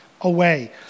away